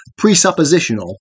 presuppositional